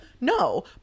no